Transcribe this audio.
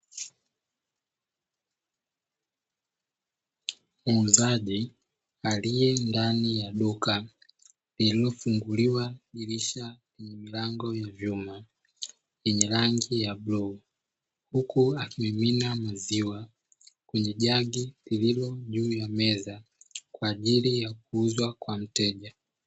Muuzaji aliye ndani ya duka lililofunguliwa dirisha na milango ya vyuma yenye rangi ya bluu, huku akimimina maziwa kwenye jagi lililo juu ya meza kwa ajili ya kuuzwa kwa mteja.